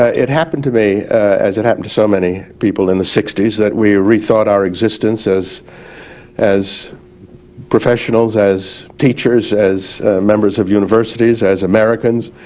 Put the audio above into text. ah it happened to me as happened to so many people in the sixty s that we rethought our existence as as professionals, as teachers, as members of universities, as americans,